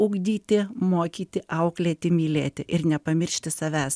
ugdyti mokyti auklėti mylėti ir nepamiršti savęs